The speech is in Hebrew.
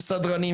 עם סדרנים,